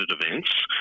events